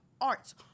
Arts